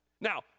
Now